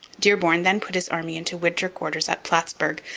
dearborn then put his army into winter quarters at plattsburg,